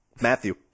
Matthew